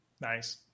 Nice